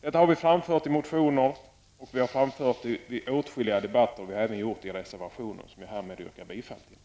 Detta har vi framfört i motioner och i åtskilliga debatter, och vi har även gjort det i vår reservation, som jag härmed yrkar bifall till.